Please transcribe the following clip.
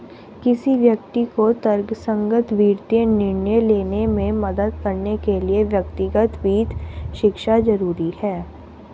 किसी व्यक्ति को तर्कसंगत वित्तीय निर्णय लेने में मदद करने के लिए व्यक्तिगत वित्त शिक्षा जरुरी है